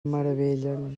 meravellen